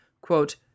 quote